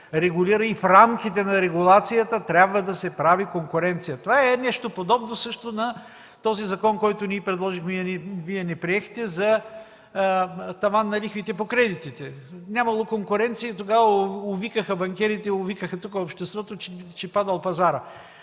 и в рамките на регулацията да се прави конкуренция. Това е нещо, което е подобно на закона, който ние предложихме и Вие не приехте – за таван на лихвите по кредитите. Нямало конкуренция! И тогава овикаха банкерите, овикаха обществото, че паднал пазарът.